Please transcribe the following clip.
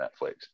Netflix